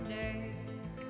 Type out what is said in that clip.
days